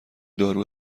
دارو